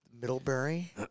Middlebury